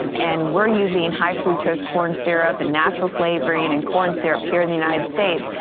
um and we're using high fructose corn syrup and natural flavoring and in corn syrup here in the united states,